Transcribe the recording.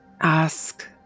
ask